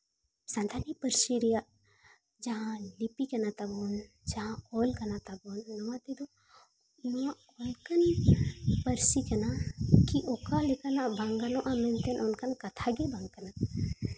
ᱥᱟᱱᱛᱟᱞᱤ ᱯᱟᱹᱨᱥᱤ ᱨᱮᱭᱟᱜ ᱡᱟᱦᱟᱸ ᱞᱤᱯᱤ ᱠᱟᱱᱟ ᱚᱱᱟ ᱛᱚᱵᱚᱱ ᱡᱟᱦᱟᱸ ᱚᱞ ᱠᱟᱱᱟ ᱛᱟᱵᱚᱱ ᱱᱚᱣᱟ ᱛᱮᱫᱚ ᱱᱚᱣᱟ ᱚᱱᱠᱟᱱ ᱯᱟᱹᱨᱥᱤ ᱠᱟᱱᱟ ᱠᱤ ᱚᱠᱟ ᱞᱮᱠᱟᱱᱟᱜ ᱵᱟᱝ ᱜᱟᱱᱚᱜᱼᱟ ᱢᱮᱱᱛᱮ ᱚᱱᱠᱟᱱ ᱠᱟᱛᱷᱟᱜᱮ ᱵᱟᱝ ᱠᱟᱱᱟ